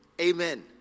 Amen